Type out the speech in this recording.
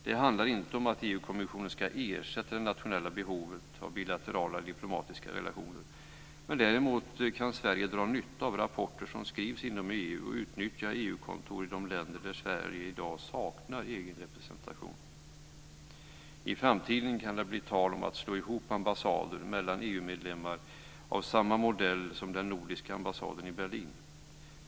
Det handlar inte om att EU-kommissionen ska ersätta det nationella behovet av bilaterala diplomatiska relationer, men däremot kan Sverige dra nytta av rapporter som skrivs inom EU och utnyttja EU-kontor i de länder där Sverige i dag saknar egen representation. I framtiden kan det bli tal om att slå ihop ambassader för EU-medlemmar, på samma sätt som man gjort med den nordiska ambassaden i Berlin.